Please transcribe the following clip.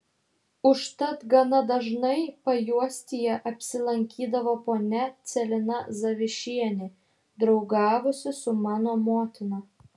užtat gana dažnai pajuostyje apsilankydavo ponia celina zavišienė draugavusi su mano motina